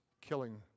killing